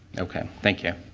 ok. thank you.